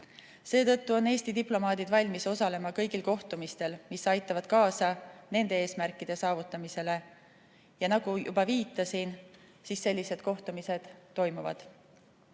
Seetõttu on Eesti diplomaadid valmis osalema kõigil kohtumistel, mis aitavad kaasa nende eesmärkide saavutamisele. Ja nagu juba viitasin, sellised kohtumised toimuvad.